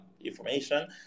information